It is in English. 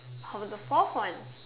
how about the fourth one